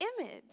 image